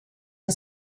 and